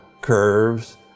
curves